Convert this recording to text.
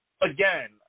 again